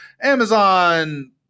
Amazon